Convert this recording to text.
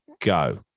go